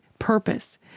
purpose